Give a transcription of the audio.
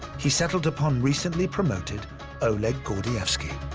he settled upon recently promoted oleg gordievsky.